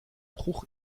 bruch